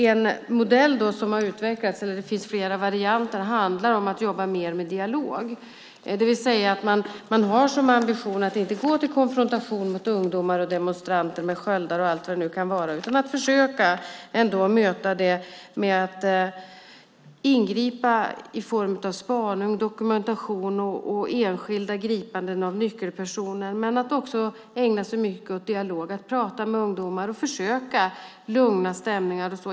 En modell som har utvecklats - den finns i flera varianter - handlar om att jobba mer med dialog, det vill säga att man har som ambition att inte gå till konfrontation mot ungdomar och demonstranter med sköldar och allt vad det nu kan vara, utan man försöker möta dem med att ingripa i form av spaning, dokumentation och enskilda gripanden av nyckelpersoner. Man ägnar sig också mycket åt dialog och att prata med ungdomar för att försöka lugna stämningar och så.